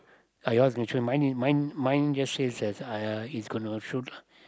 are your going to shoot mine mine mine just says that !aiya! he is going to shoot